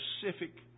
specific